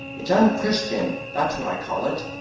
it's unchristian that's what i call it.